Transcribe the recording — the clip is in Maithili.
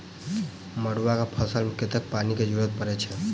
मड़ुआ केँ फसल मे कतेक पानि केँ जरूरत परै छैय?